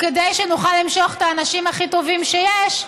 כדי שנוכל למשוך את האנשים הכי טובים שיש,